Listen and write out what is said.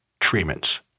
Treatments